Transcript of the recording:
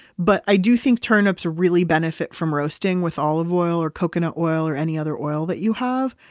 but i do think turnips really benefit from roasting with olive oil or coconut oil or any other oil that you have,